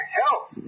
help